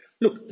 Look